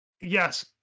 yes